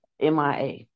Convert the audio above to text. MIA